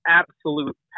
absolute